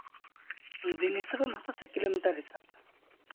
ᱫᱤᱱ ᱦᱤᱥᱟᱹᱵ ᱮᱢ ᱦᱟᱛᱟᱣᱟ ᱥᱮ ᱠᱤᱞᱳᱢᱤᱴᱟᱨ ᱦᱤᱥᱟᱹᱵ